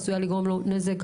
עשויה לגרום לו נזק,